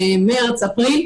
במרס-אפריל,